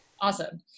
Awesome